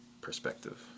perspective